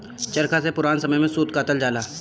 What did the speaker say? चरखा से पुरान समय में सूत कातल जाला